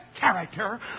character